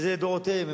וזה לדורותיהם,